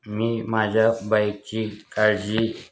मी माझ्या बाईकची काळजी